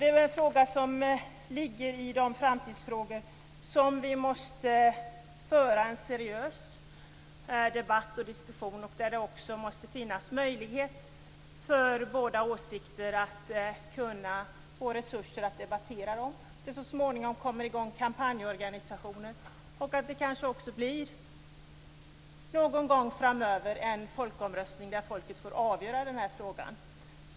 Detta är en fråga som ligger i de framtidsfrågor som vi måste föra en seriös debatt och diskussion om. Det måste finnas möjligt för båda åsikterna att få resurser att debattera detta. Så småningom kommer det i gång kampanjorganisationer, och någon gång framöver blir det kanske också en folkomröstning där folket får avgöra den här frågan.